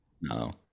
no